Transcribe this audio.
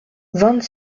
vingt